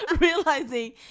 realizing